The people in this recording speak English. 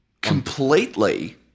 completely